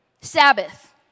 Sabbath